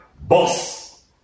boss